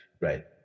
right